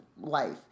life